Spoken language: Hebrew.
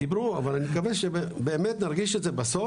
דיברו אבל אני מקווה שבאמת נרגיש את זה בסוף,